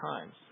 times